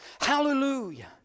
Hallelujah